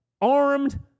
armed